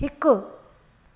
हिकु